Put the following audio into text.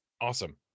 awesome